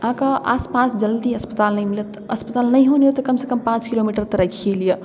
अहाँके आसपास जल्दी अस्पताल नहि मिलत अस्पताल नहिओ नहिओ तऽ कमसँ कम पाँच किलोमीटर तऽ राखिए लिअऽ